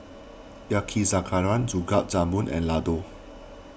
Yakizakana Gulab Jamun and Ladoo